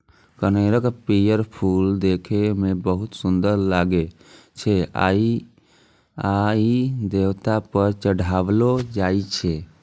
कनेरक पीयर फूल देखै मे बहुत सुंदर लागै छै आ ई देवता पर चढ़ायलो जाइ छै